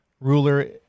RULER